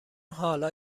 حالا